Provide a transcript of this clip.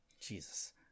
jesus